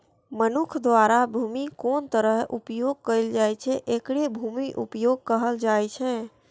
मनुक्ख द्वारा भूमिक कोन तरहें उपयोग कैल जाइ छै, एकरे भूमि उपयोगक कहल जाइ छै